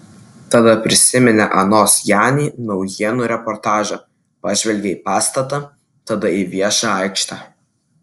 tada prisiminė anos jani naujienų reportažą pažvelgė į pastatą tada į viešą aikštę